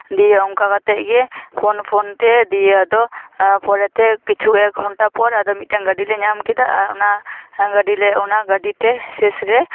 ᱫᱤᱭᱮ ᱚᱱᱠᱟ ᱠᱟᱛᱮᱫ ᱜᱮ ᱯᱷᱳᱱ ᱯᱷᱳᱱᱛᱮ ᱫᱤᱭᱮ ᱟᱫᱚ ᱯᱚᱨᱮ ᱛᱮ ᱠᱤᱪᱷᱩ ᱮᱠ ᱜᱷᱚᱱᱴᱟ ᱯᱚᱨ ᱟᱫᱚ ᱢᱤᱫᱴᱟᱝ ᱜᱟ ᱰᱤ ᱞᱮ ᱧᱟᱢ ᱠᱮᱫᱟ ᱟᱨ ᱚᱱᱟ ᱜᱟᱹᱰᱤ ᱞᱮ ᱚᱱᱟ ᱜᱟᱹᱰᱤ ᱛᱮ ᱥᱮᱥ ᱨᱮ